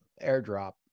airdrop